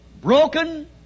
Broken